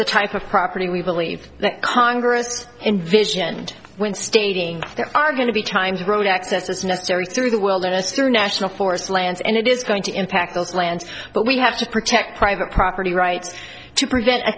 the type of property we believe that congress in vision and when stating there are going to be times of road access as necessary through the wilderness through national forest lands and it is going to impact those lands but we have to protect private property rights to prevent